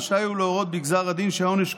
רשאי הוא להורות בגזר הדין שהעונש,